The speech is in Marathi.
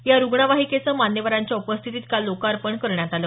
या रूग्णवाहिकेचं मान्यवरांच्या उपस्थितीत काल लोकार्पण करण्यात आलं